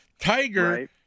tiger